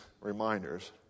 reminders